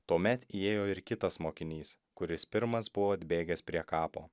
tuomet įėjo ir kitas mokinys kuris pirmas buvo atbėgęs prie kapo